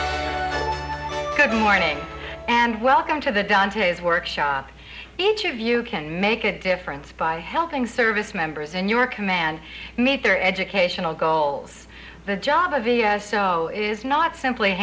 good morning and welcome to the dantes workshop each of you can make a difference by helping service members and your command meet their educational goals the job of e s o is not simply